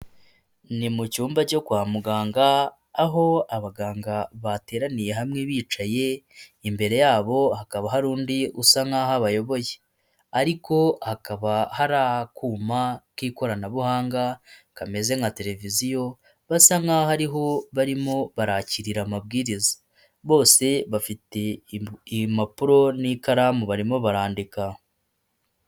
Ni mu cyumba cyo kwa muganga aho abaganga bateraniye hamwe bicaye, imbere yabo hakaba hari undi usa nk'aho bayoboye, ariko hakaba hari akuma k'ikoranabuhanga kameze nka televiziyo basa nk'aho ariho barimo barakirira amabwiriza bose bafite impapuro n'ikaramu barimo barandika.